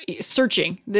searching